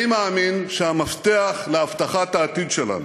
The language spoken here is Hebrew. אני מאמין שהמפתח להבטחת העתיד שלנו,